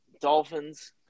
Dolphins